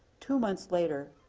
two months later,